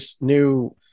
new